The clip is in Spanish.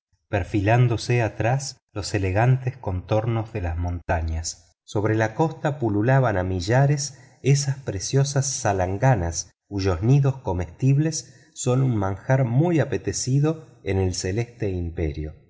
perfilándose atrás los elegantes contornos de las montañas sobre la costa pululaban a millares esas preciosas salanganas cuyos nidos comestibles son un manjar muy apetitoso en el celeste imperio